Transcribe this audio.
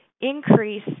increase